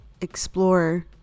explore